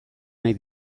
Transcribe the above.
nahi